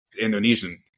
Indonesian